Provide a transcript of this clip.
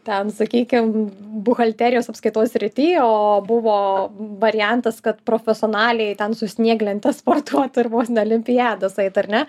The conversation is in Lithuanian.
ten sakykim buhalterijos apskaitos srityj o buvo variantas kad profesionaliai ten su snieglente sportuot ir vos ne olimpiadas eit ar ne